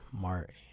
Martin